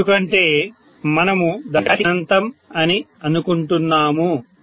ఎందుకంటే మనము దాని కెపాసిటీ అనంతం అని అనుకుంటున్నాము